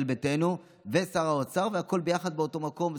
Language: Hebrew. ביתנו ושר האוצר והכול ביחד באותו מקום.